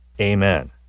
Amen